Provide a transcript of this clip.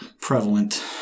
prevalent